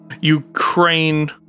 Ukraine